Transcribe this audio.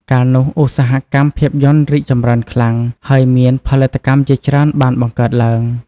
កាលនោះ ឧស្សាហកម្មភាពយន្តរីកចម្រើនខ្លាំង ហើយមានផលិតកម្មជាច្រើនបានបង្កើតឡើង។